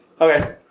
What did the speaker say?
Okay